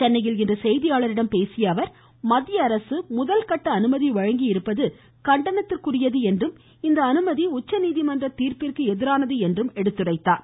சென்னையில் இன்று செய்தியாளர்களிடம் பேசிய அவர் மத்தியஅரசு முதல்கட்ட அனுமதி வழங்கியிருப்பது கண்டனத்திற்குரியது என்றும் இந்த அனுமதி உச்சநீதிமன்ற தீர்ப்பிற்கு எதிரானது என்றும் அவர் சுட்டிக்காட்டினார்